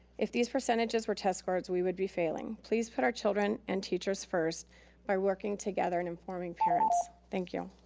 if these percentages were test scores, we would be failing. please put our children and teachers first by working together and informing parents. thank you.